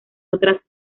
otras